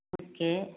okay